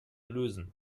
lösen